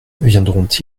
viendront